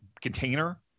container